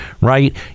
Right